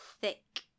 thick